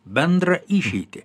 bendrą išeitį